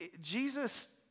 Jesus